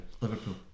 Liverpool